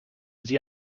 sie